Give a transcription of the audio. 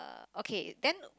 okay then